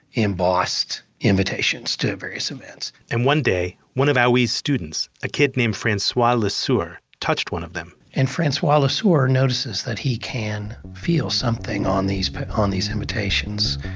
embossed invitations to various events and one day, one of hauy's students, a kid named francois lesueur, touched one of them and francois lesueur notices that he can feel something on these on these invitations.